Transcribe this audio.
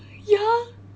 ya